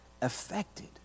affected